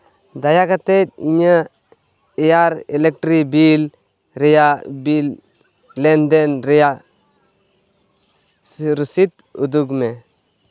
ᱫᱟᱭᱟ ᱠᱟᱛᱮᱫ ᱤᱧᱟᱹᱜ ᱮᱭᱟᱨ ᱤᱞᱮᱠᱴᱨᱤᱥᱤᱴᱤ ᱵᱤᱞ ᱨᱮᱭᱟᱜ ᱵᱤᱞ ᱞᱮᱱᱫᱮᱱ ᱨᱮᱭᱟᱜ ᱨᱚᱥᱤᱫ ᱩᱫᱩᱜ ᱢᱮ